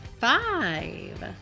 five